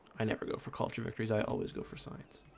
i never go for culture victories i always go for science